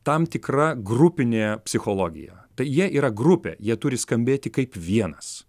tam tikra grupinė psichologija tai jie yra grupė jie turi skambėti kaip vienas